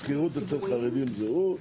שכירות אצל חרדים זה הוא,